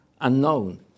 unknown